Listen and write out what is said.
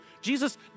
Jesus